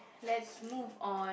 let's move on